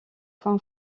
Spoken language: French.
fin